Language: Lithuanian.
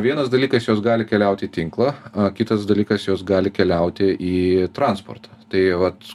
vienas dalykas jos gali keliauti į tinklą o kitas dalykas jos gali keliauti į transportą tai vat